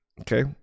Okay